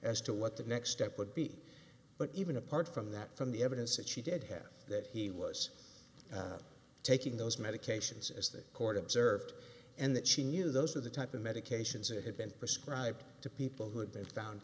as to what the next step would be but even apart from that from the evidence that she did have that he was taking those medications as the court observed and that she knew those are the type of medications it had been prescribed to people who had been found